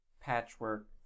patchwork